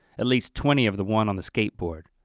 at least twenty of the one on the skateboard.